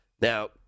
Now